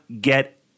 get